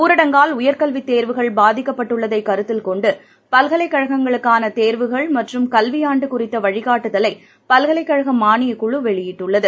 ஊரடங்கால் உயர் கல்வித் தேர்வுகள் பாதிக்கப்பட்டுள்ளதைக்கருத்தில் கொண்டு பல்கலைக்கழகங்களுக்கான தேர்வுகள் மற்றும் கல்வி ஆண்டு குறித்த வழிகாட்டுதலை பல்கலைக்கழக மானியக் குழு வெளியிட்டுள்ளது